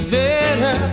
better